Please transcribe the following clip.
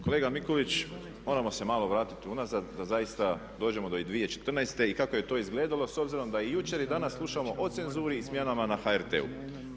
Kolega Mikulić, moramo se malo vratiti unazad da zaista dođemo do 2014.i kako je to izgledalo s obzirom da i jučer i danas slušamo o cenzuri i smjenama na HRT-u.